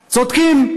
צודקים.